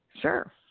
Sure